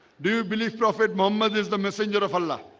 do you believe prophet muhammad is the messenger of allah?